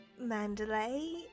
Mandalay